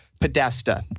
Podesta